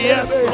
Yes